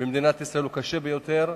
במדינת ישראל הוא קשה ביותר.